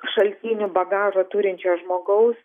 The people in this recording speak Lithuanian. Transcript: šaltinių bagažą turinčio žmogaus